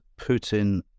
Putin